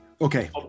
Okay